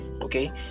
okay